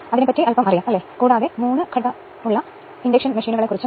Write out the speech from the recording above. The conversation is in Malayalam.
അതിനാൽ a എന്ന പോയിന്റിലേക്ക് നോക്കുക